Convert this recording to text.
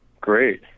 Great